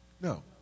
No